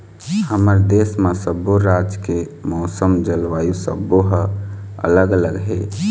हमर देश म सब्बो राज के मउसम, जलवायु सब्बो ह अलग अलग हे